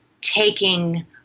taking